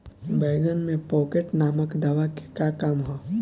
बैंगन में पॉकेट नामक दवा के का काम ह?